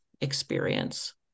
experience